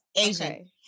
Asian